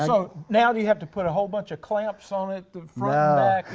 so now do you have to put a whole bunch of clamps on it, the front